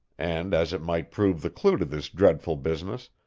and as it might prove the clue to this dreadful business,